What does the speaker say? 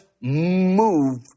move